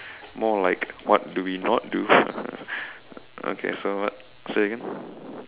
more like what do we not do okay so what say again